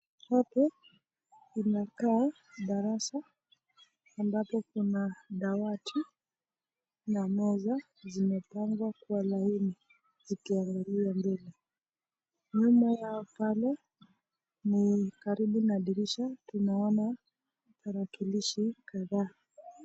Hapa kunakaa darasa ambapo kuna dawati na meza zimepangwa kuwa laini zikiangalia mbele. Nyuma ya pale ni karibu na dirisha tunaona karakilishi kadhaa.